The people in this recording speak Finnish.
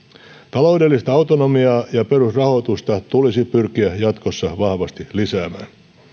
taloudellista autonomiaa ja perusrahoitusta tulisi pyrkiä jatkossa vahvasti lisäämään